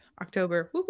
October